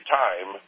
time